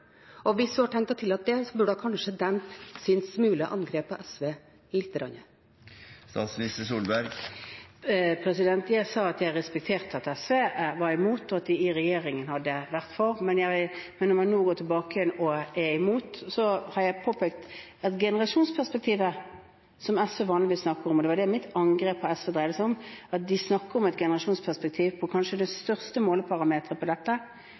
Og hvis hun har tenkt å tillate det, burde hun kanskje ha dempet sitt angrep på SV lite grann. Jeg sa at jeg respekterte at SV var imot, og at de i regjering hadde vært for, men når man nå går tilbake igjen og er imot, har jeg påpekt generasjonsperspektivet som SV vanligvis snakker om, og det var det mitt angrep på SV dreide seg om – at de snakker om et generasjonsperspektiv, kanskje det største måleparametret på dette,